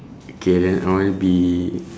okay then I wanna be